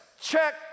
check